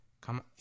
Come